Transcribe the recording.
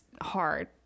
hard